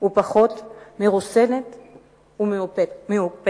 ופחות מרוסנת ומאופקת.